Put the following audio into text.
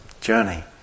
journey